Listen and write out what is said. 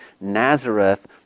Nazareth